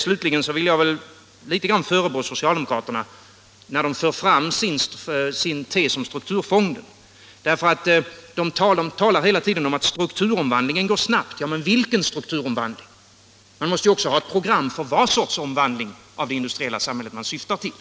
Slutligen vill jag litet grand förebrå socialdemokraterna när de för fram sin tes om strukturfonden. De talar nämligen hela tiden om att strukturomvandlingen går snabbt. Ja, men vilken strukturomvandling? Man måste ju också ha ett program för vad sorts omvandling av det industriella samhället man syftar till.